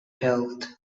health